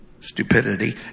stupidity